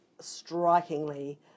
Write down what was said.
strikingly